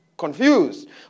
Confused